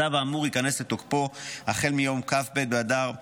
הצו האמור ייכנס לתוקפו החל מיום כ"ב באדר ב'